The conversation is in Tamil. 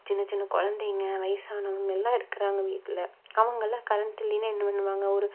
சின்ன சின்ன குழந்தைங்க வயசானவங்கெல்லாம் இருக்கிறாங்க வீட்டில் அவங்கலாம் கரண்ட்டு இல்லைன்னா என்ன பண்ணுவாங்க ஒரு